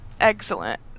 Excellent